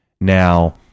Now